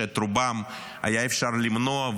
שאת רובם היה אפשר למנוע,